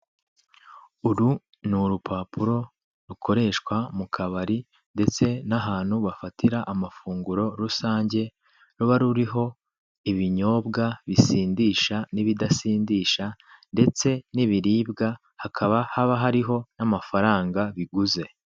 Uru n'urupapuro rukoreshwa mukabari ndetse n'ahantu bafatira amafunguro rusange, ruba ruriho ibinyobwa bisindisha nibidasindisha ndetse nibiribwa hakaba haba hariho n'amafaranga biguze.